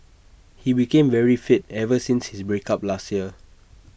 he became very fit ever since his break up last year